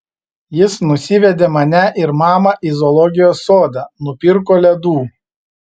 jis nusivedė mane ir mamą į zoologijos sodą nupirko ledų